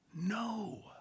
No